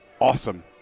awesome